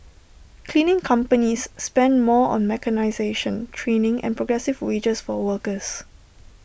cleaning companies spend more on mechanisation training and progressive wages for workers